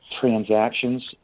transactions